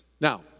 Now